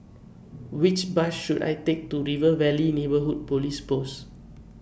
Which Bus should I Take to River Valley Neighbourhood Police Post